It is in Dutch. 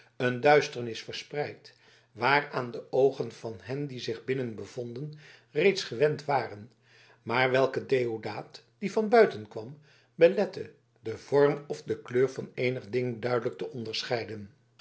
een duisternis verspreid waaraan de oogen van hen die zich binnen bevonden reeds gewend waren maar welke deodaat die van buiten kwam belette den vorm of de kleur van eenig ding duidelijk te onderscheiden